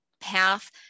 path